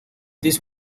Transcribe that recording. this